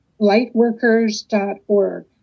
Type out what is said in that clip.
lightworkers.org